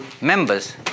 members